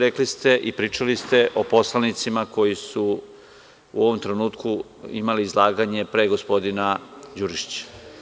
Rekli ste i pričali ste o poslanicima koji su u ovom trenutku imali izlaganje pre gospodina Đurišića.